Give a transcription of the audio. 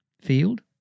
field